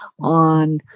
on